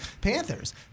Panthers